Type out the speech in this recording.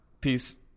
Peace